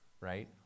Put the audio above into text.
right